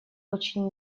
очень